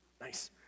nice